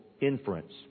inference